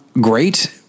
great